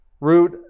root